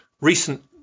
Recent